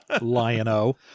Lion-o